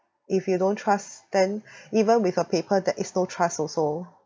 if you don't trust then even with a paper there is no trust also